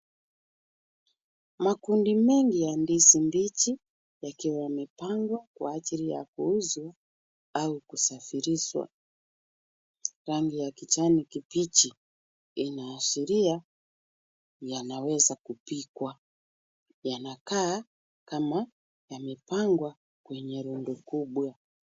Makundi mingi ya ndizi mbichi yakiwa yamepangwa kwa ajili ya kuuzwa au kusafirishwa, rangi ya kijani kibichi inaashiria yanaweza kupikwa, yanakaa kama yamepangwa kwenye lundo kubwa.